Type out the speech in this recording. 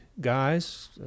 guys